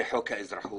זה חוק האזרחות,